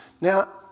Now